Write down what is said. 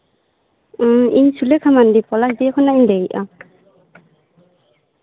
ᱤᱭᱟᱹ ᱤᱧ ᱥᱩᱞᱮᱠᱷᱟ ᱢᱟᱱᱰᱤ ᱯᱚᱞᱟᱥᱰᱤᱦᱟ ᱠᱷᱚᱱᱤᱧ ᱞᱟᱹᱭᱮᱜᱼᱟ